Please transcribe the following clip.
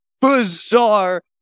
bizarre